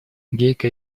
гейка